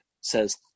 says